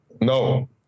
No